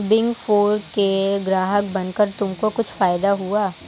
Big four के ग्राहक बनकर तुमको कुछ फायदा हुआ?